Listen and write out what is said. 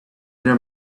dream